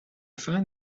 find